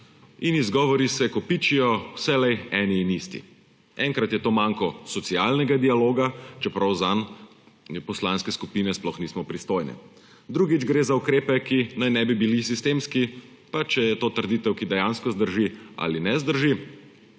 In izgovori se kopičijo, vselej eni in isti. Enkrat je to manko socialnega dialoga, čeprav zanj poslanske skupine sploh nismo pristojne, drugič gre za ukrepe, ki naj ne bi bili sistemski, pa če je to trditev, ki dejansko zdrži ali ne zdrži,